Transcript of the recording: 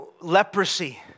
leprosy